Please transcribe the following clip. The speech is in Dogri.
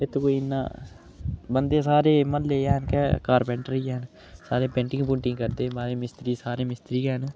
इत्थें कोई इन्ना बंदे सारे म्हल्ले हैन गै कारपैंटर ही हैन सारे पेंटिंग पुटिंग करदे महाराज मिस्त्री सारे मिस्त्री ऐ न